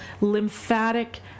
lymphatic